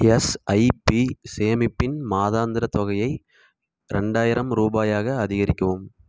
SIP சேமிப்பின் மாதாந்திரத் தொகையை ரெண்டாயிரம் ரூபாயாக அதிகரிக்கவும்